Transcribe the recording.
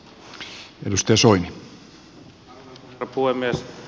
herra puhemies